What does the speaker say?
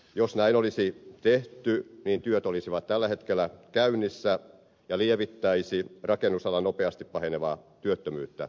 jos näin olisi tehty niin työt olisivat tällä hetkellä käynnissä ja lievittäisivät rakennusalan nopeasti pahenevaa työttömyyttä